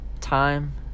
time